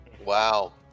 Wow